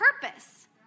purpose